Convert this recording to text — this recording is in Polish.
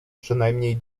przynajmniej